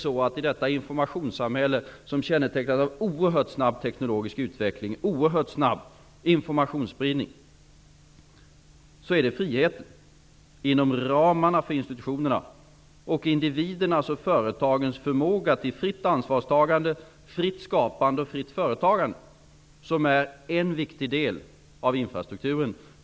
I detta informationssamhälle, som kännetecknas av en oerhört snabb teknologisk utveckling och informationsspridning, är friheten inom ramarna för institutionerna och individernas och företagens förmåga till fritt ansvarstagande, fritt skapande och fritt företagande i själva verket en viktig del av infrastrukturen.